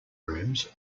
rooms